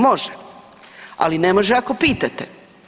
Može, ali ne može ako pitate.